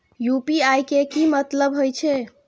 UPI के की मतलब हे छे?